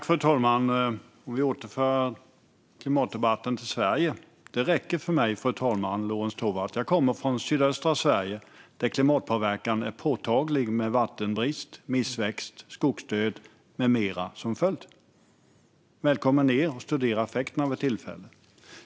Fru talman! Det räcker för mig att återföra klimatdebatten till Sverige, Lorentz Tovatt. Jag kommer från sydöstra Sverige där klimatpåverkan är påtaglig med vattenbrist, missväxt, skogsdöd med mera som följd. Välkommen ned och studera effekterna vid tillfälle!